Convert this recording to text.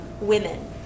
women